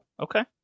Okay